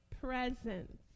presence